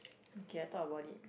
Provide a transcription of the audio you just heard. okay I thought about it